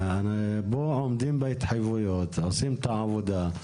פה עומדים בהתחייבויות, עושים את העבודה,